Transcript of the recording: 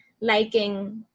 liking